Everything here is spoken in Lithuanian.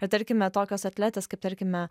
vat tarkime tokios atletas kaip tarkime